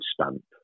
stamp